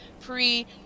Pre